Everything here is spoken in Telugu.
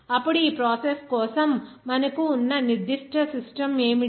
అప్పుడు ఈ ప్రాసెస్ కోసం మనకు ఉన్న నిర్దిష్ట సిస్టమ్ ఏమిటి